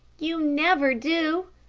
you never do,